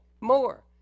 more